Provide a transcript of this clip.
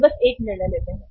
वे बस एक निर्णय लेते हैं